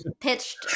pitched